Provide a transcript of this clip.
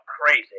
crazy